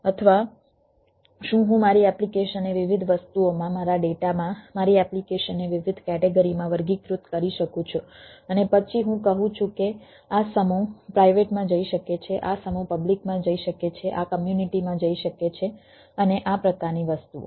અથવા શું હું મારી એપ્લિકેશનને વિવિધ વસ્તુઓમાં મારા ડેટામાં મારી એપ્લિકેશનને વિવિધ કેટેગરી માં વર્ગીકૃત કરી શકું છું અને પછી હું કહું છું કે આ સમૂહ પ્રાઇવેટમાં જઈ શકે છે આ સમૂહ પબ્લિકમાં જઈ શકે છે આ કમ્યુનિટીમાં જઈ શકે છે અને આ પ્રકારની વસ્તુઓ